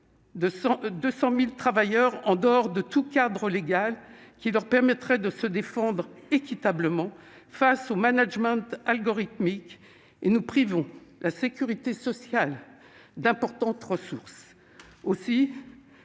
200 000 travailleurs en dehors de tout cadre légal, qui leur permettrait de se défendre équitablement face au management algorithmique, et nous privons la sécurité sociale d'importantes ressources. Pour